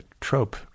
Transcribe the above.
trope